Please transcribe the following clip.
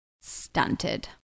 stunted